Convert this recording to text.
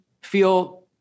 feel